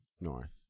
north